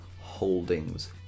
holdings